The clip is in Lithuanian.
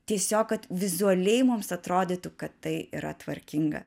tiesiog kad vizualiai mums atrodytų kad tai yra tvarkinga